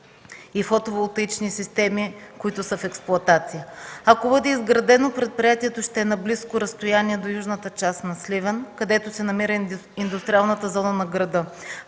и фотоволтаични системи, които са в експлоатация. Ако бъде изградено, предприятието ще е на близко разстояние до южната част на Сливен, където се намира индустриалната зона на града,